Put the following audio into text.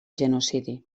genocidi